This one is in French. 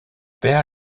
père